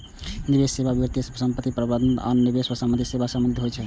निवेश सेवा वित्तीय परिसंपत्ति प्रबंधन आ आन निवेश संबंधी सेवा सं संबंधित होइ छै